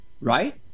right